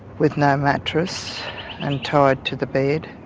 with no mattress and tied to the bed.